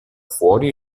fuori